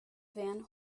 van